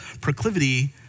proclivity